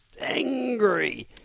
angry